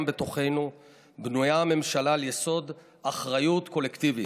בתוכנו בנויה הממשלה על יסוד אחריות קולקטיבית.